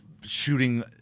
shooting